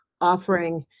offering